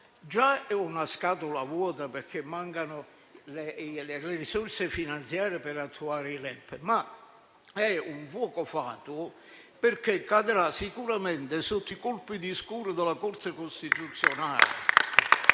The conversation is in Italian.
Già è una scatola vuota, perché mancano le risorse finanziarie per attuare i LEP; ma è un fuoco fatuo perché cadrà sicuramente sotto i colpi di scure della Corte costituzionale.